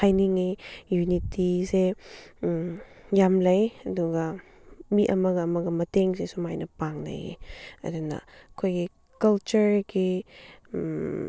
ꯍꯥꯏꯅꯤꯡꯉꯤ ꯌꯨꯅꯤꯇꯤꯁꯦ ꯌꯥꯝ ꯂꯩ ꯑꯗꯨꯒ ꯃꯤ ꯑꯃꯒ ꯑꯃꯒ ꯃꯇꯦꯡꯁꯦ ꯁꯨꯃꯥꯏꯅ ꯄꯥꯡꯅꯩꯌꯦ ꯑꯗꯨꯅ ꯑꯩꯈꯣꯏꯒꯤ ꯀꯜꯆꯔꯒꯤ